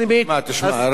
רגע,